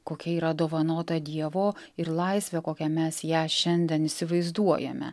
kokia yra dovanota dievo ir laisvę kokią mes ją šiandien įsivaizduojame